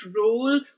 role